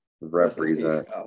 represent